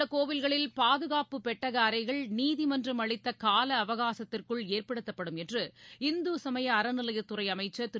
உள்ளகோயில்களில் தமிழகத்தில் பாதுகாப்பு பெட்டகஅறைகள் நீதிமன்றம் அளித்தகாலஅவகாசத்திற்குள் ஏற்படுத்தப்படும் என்று இந்துசமயஅறநிலையத்துறைஅமைச்சர் திரு